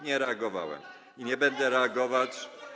nie reagowałem wtedy i nie będę reagować.